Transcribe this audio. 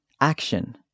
Action